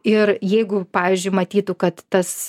ir jeigu pavyzdžiui matytų kad tas